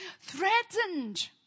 threatened